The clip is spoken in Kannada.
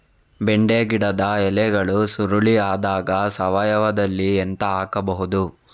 ಬೆಂಡೆ ಗಿಡದ ಎಲೆಗಳು ಸುರುಳಿ ಆದಾಗ ಸಾವಯವದಲ್ಲಿ ಎಂತ ಹಾಕಬಹುದು?